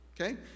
Okay